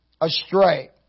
astray